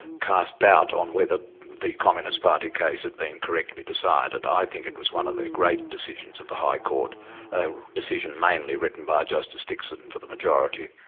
cast doubt on whether the communist party case had been correctly decided. i think it was one of the great decisions of the high court, a decision mainly written by justice dixon for the majority.